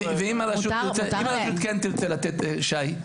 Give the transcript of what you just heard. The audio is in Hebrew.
ואם הרשות כן תרצה לתת שי?